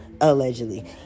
allegedly